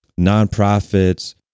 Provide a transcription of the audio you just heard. nonprofits